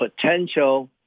potential